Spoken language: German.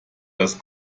das